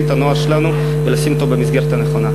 את הנוער שלנו ולשים אותו במסגרת הנכונה.